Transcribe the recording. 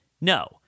no